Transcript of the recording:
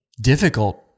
difficult